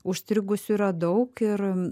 užstrigusių yra daug ir